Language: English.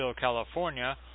California